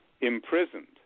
imprisoned